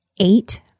eight